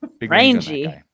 Rangy